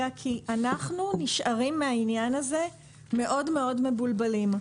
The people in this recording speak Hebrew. כי אנחנו נשארים מהעניין הזה מאוד מאוד מבולבלים,